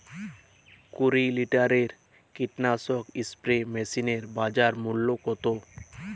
কুরি লিটারের কীটনাশক স্প্রে মেশিনের বাজার মূল্য কতো?